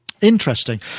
Interesting